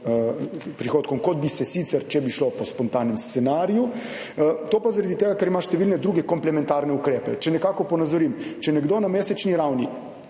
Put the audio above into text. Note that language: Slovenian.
prihodkom, kot bi se sicer, če bi šlo po spontanem scenariju, to pa zaradi tega, ker ima številne druge komplementarne ukrepe. Če nekako ponazorim, če nekdo na mesečni ravni